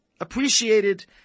appreciated